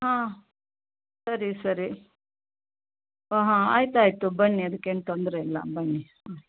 ಹಾಂ ಸರಿ ಸರಿ ಆಹಾಂ ಆಯಿತಾಯ್ತು ಬನ್ನಿ ಅದಕ್ಕೇನೂ ತೊಂದರೆ ಇಲ್ಲ ಬನ್ನಿ ಹ್ಞೂ